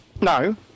No